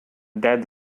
dead